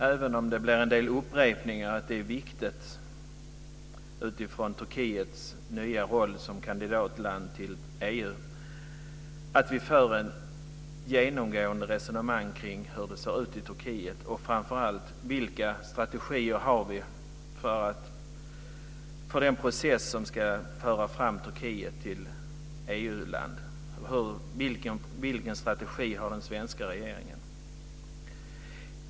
Även om det blir en del upprepningar tror jag att det är viktigt utifrån Turkiets nya roll som ett av EU:s kandidatländer att vi för ett genomgående resonemang kring hur det ser ut i Turkiet och framför allt vilka strategier vi har för den process som ska föra fram Turkiet till att bli ett EU-land. Vilken strategi har den svenska regeringen?